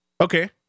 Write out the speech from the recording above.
Okay